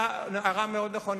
הערה מאוד נכונה.